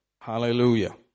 Hallelujah